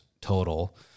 total